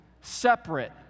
separate